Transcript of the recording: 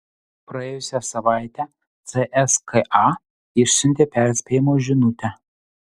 praėjusią savaitę cska išsiuntė perspėjimo žinutę